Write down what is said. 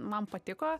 man patiko